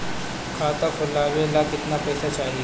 खाता खोलबे ला कितना पैसा चाही?